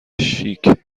شیک